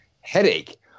headache